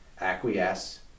acquiesce